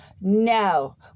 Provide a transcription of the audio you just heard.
No